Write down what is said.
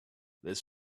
this